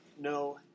no